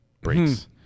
breaks